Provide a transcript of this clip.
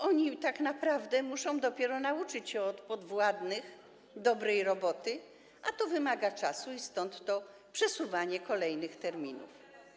Oni tak naprawdę muszą dopiero nauczyć się od podwładnych dobrej roboty, a to wymaga czasu i stąd to przesuwanie kolejnych terminów.